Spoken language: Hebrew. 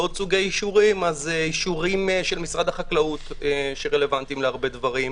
אישורים של משרד החקלאות שרלוונטיים להרבה דברים.